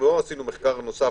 לא עשינו מחקר נוסף